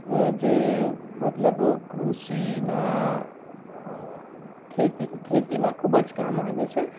જે મતલબ કૃષિનાં ખેતી ખેતીમાં ખૂબ જ કામ આવે છે